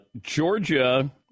Georgia